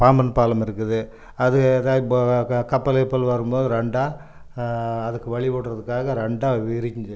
பாம்பன் பாலமிருக்குது அது எதாய் போக கப்பல் கிப்பல் வரும் போது ரெண்டாக அதுக்கு வழி விட்றதுக்காக ரெண்டாக விரிந்து